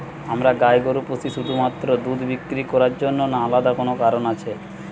আমরা গাই গরু পুষি শুধুমাত্র দুধ বিক্রি করার জন্য না আলাদা কোনো কারণ আছে?